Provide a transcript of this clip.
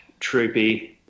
Troopy